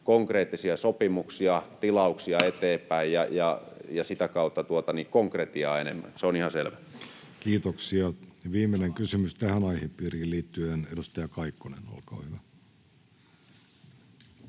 konkreettisia sopimuksia, tilauksia eteenpäin ja sitä kautta konkretiaa enemmän. Se on ihan selvä. Kiitoksia. — Viimeinen kysymys tähän aihepiiriin liittyen, edustaja Kaikkonen, olkaa hyvä.